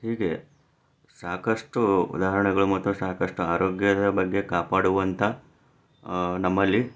ಹೀಗೆ ಸಾಕಷ್ಟು ಉದಾಹರಣೆಗಳು ಮತ್ತು ಸಾಕಷ್ಟು ಆರೋಗ್ಯದ ಬಗ್ಗೆ ಕಾಪಾಡುವಂಥ ನಮ್ಮಲ್ಲಿ